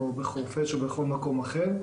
בחורפיש או בכל מקום אחר,